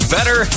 Better